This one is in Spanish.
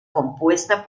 compuesta